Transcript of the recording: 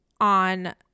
on